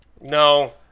No